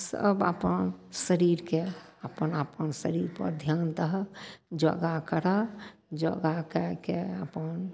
सब अपन शरीरके अपन अपन शरीर पर ध्यान दहऽ योगा करऽ योगा कएके अपन